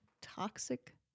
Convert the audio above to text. toxic